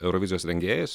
eurovizijos rengėjais